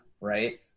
right